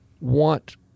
want